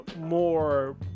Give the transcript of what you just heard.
more